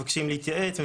מבקשים להתייעץ,